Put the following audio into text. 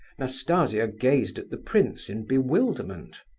nastasia gazed at the prince in bewilderment.